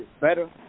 better